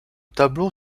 tableau